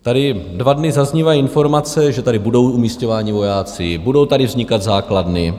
Tady dva dny zaznívají informace, že tady budou umisťováni vojáci, budou tady vznikat základny.